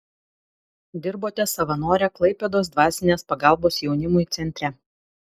dirbote savanore klaipėdos dvasinės pagalbos jaunimui centre